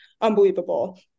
unbelievable